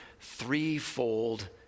threefold